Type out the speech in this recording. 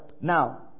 Now